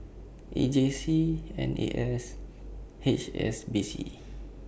E J C N A S H S B C